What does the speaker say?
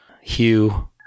Hugh